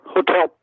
Hotel